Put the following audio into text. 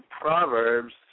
Proverbs